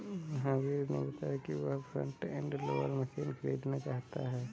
महावीर ने बताया कि वह फ्रंट एंड लोडर मशीन खरीदना चाहता है